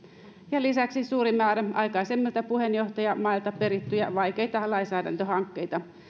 ja lisäksi suuri määrä aikaisemmilta puheenjohtajamailta perittyjä vaikeita lainsäädäntöhankkeita